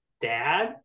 dad